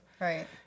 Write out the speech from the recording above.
Right